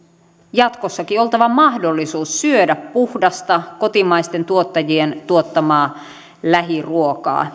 jatkossakin oltava mahdollisuus syödä puhdasta kotimaisten tuottajien tuottamaa lähiruokaa